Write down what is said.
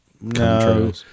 No